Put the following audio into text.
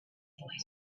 boy